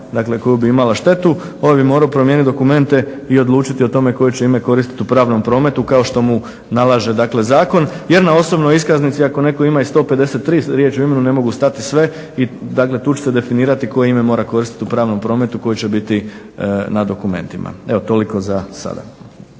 dakle koju bi imala štetu. Ovaj bi morao promijeniti dokumente i odlučiti o tome koje će ime koristiti u pravnom prometu kao što mu nalaže dakle zakon jer na osobnoj iskaznici ako netko ima i 153 riječi u imenu ne mogu stati sve. I dakle tu će se definirati koje ime mora koristiti u pravnom prometu, koje će biti na dokumentima. Evo toliko zasada.